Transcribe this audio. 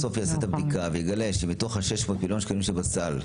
אם אני אעשה את הבדיקה ואגלה שבתוך ה-600 מיליון שקלים שבסל,